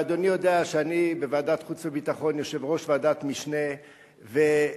ואדוני יודע שאני יושב-ראש ועדת משנה בוועדת חוץ וביטחון,